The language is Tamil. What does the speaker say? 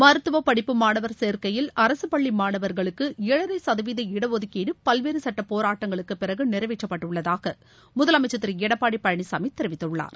மருத்துவ படிப்பு மாணவர் சேர்க்கையில் அரசு பள்ளி மாணவர்களுக்கு ஏழரை சதவீத ஒதுக்கீடு பல்வேறு சுட்டப் போராட்டங்களுக்கு பிறகு நிறைவேற்றப்பட்டுள்ளதாக முதலமைச்சர் திரு எடப்பாடி பழனிசாமி தெரிவித்துள்ளார்